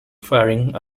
firing